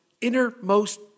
innermost